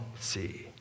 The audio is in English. see